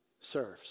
serves